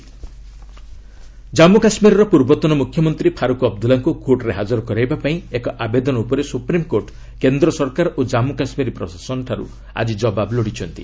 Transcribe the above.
SC Abdullah Jammu କାଶ୍ମୀରର ପୂର୍ବତନ ମୁଖ୍ୟମନ୍ତ୍ରୀ ଫାରୁକ୍ ଅବଦୁଲ୍ଲାଙ୍କୁ କୋଟରେ ହାଜର କରାଇବାପାଇଁ ଏକ ଆବେଦନ ଉପରେ ସୁପ୍ରିମ୍କୋର୍ଟ କେନ୍ଦ୍ର ସରକାର ଓ ଜନ୍ମୁ କାଶ୍ମୀର ପ୍ରଶାସନଠାରୁ ଆଜି ଜବାବ ଲୋଡ଼ିଛନ୍ତି